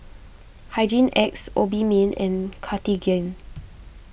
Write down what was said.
Hygin X Obimin and Cartigain